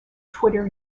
twitter